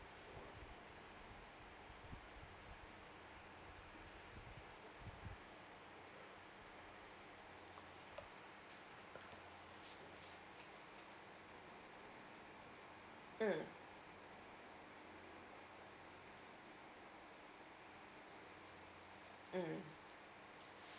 mm mm